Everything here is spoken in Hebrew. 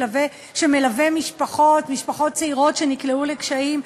שמלווה משפחות ומשפחות צעירות שנקלעו לקשיים: